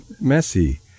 messy